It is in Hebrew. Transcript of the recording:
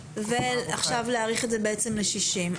ועכשיו להאריך את זה ל-60 יום.